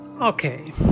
Okay